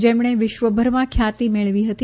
જેમણે વિશ્વભરમાં ખ્યાતિ મેળવી હતી